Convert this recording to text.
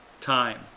time